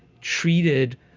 treated